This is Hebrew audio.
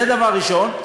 זה דבר ראשון.